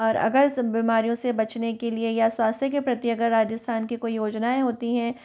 और अगर बीमारियों से बचने के लिए या स्वास्थ्य के प्रति अगर राजस्थान की कोई योजनाएं होती हैं